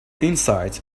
inside